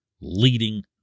leading